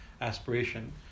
aspiration